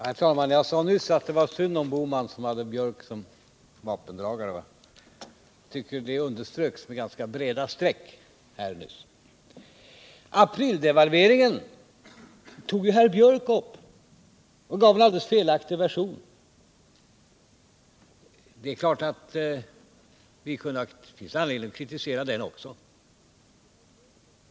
Herr talman! Jag sade nyss att det var synd om Gösta Bohman att han hade Anders Björck som vapendragare, och det tycker jag underströks med breda streck nyss. Aprildevalveringen tog Anders Björck upp och gav en alldeles felaktig version av den. Det kunde naturligtvis finnas anledning att kritisera den också.